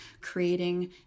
creating